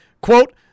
quote